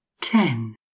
ten